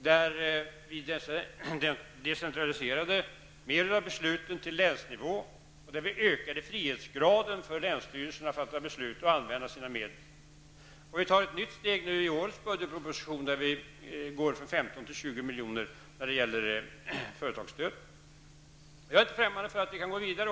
Den innebar att vi decentraliserade en hel del av besluten till länsnivå och ökade frihetsgraden för länsstyrelserna att fatta beslut och använda sina medel. Vi tar i år i budgetpropositionen ett nytt steg när vi ökar företagsstödet från 15 till 20 miljoner. Jag är inte främmande för att vi även kan gå vidare.